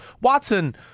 Watson